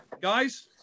Guys